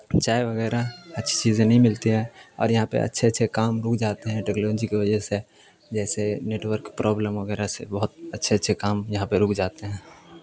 چائے وغیرہ اچھی چیزیں نہیں ملتی ہیں اور یہاں پہ اچھے اچھے کام رک جاتے ہیں ٹیکنالوجی کے وجہ سے جیسے نیٹورک پرابلم وغیرہ سے بہت اچھے اچھے کام یہاں پہ رک جاتے ہیں